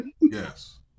Yes